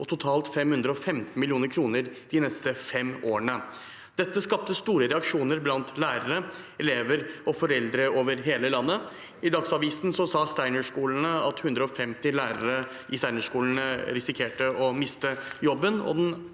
og totalt 515 mill. kr de neste fem årene. Dette skapte store reaksjoner blant lærere, elever og foreldre over hele landet. I Dagsavisen sa steinerskolene at 150 lærere i steinerskolene risikerte å miste jobben.